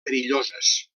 perilloses